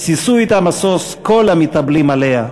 שישו אתה משוש כל המתאבלים עליה.